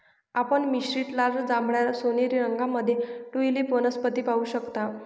आपण मिश्रित लाल, जांभळा, सोनेरी रंगांमध्ये ट्यूलिप वनस्पती पाहू शकता